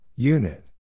Unit